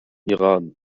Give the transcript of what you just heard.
iran